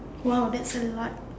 !wow! that's a lot